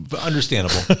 Understandable